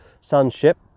sonship